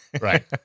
Right